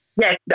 Yes